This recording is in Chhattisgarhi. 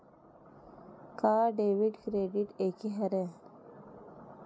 का डेबिट क्रेडिट एके हरय?